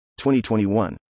2021